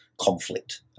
conflict